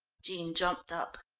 jean jumped up.